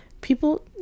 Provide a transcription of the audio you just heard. people